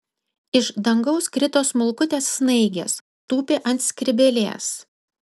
iš dangaus krito smulkutės snaigės tūpė ant skrybėlės